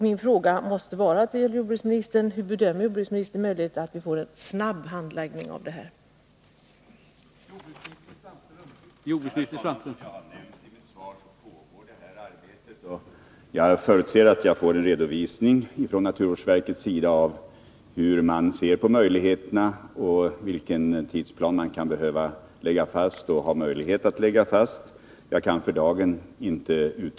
Min fråga till jordbruksministern måste därför bli: Hur bedömer jordbruksministern möjligheterna att få till stånd en snabb handläggning av dessa frågor?